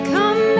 Come